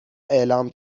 اعلام